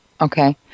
Okay